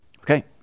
Okay